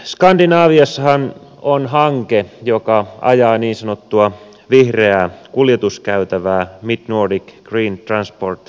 skandinaviassahan on hanke joka ajaa niin sanottua vihreää kuljetuskäytävää midnordic green transport corridor